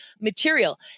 material